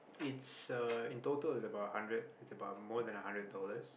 it's uh in total it's about a hundred it's about more than a hundred dollars